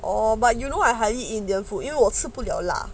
oh but you know I hardly eat indian food 因为我吃不了辣